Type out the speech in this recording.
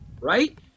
right